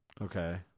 Okay